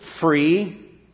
free